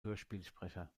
hörspielsprecher